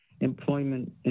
employment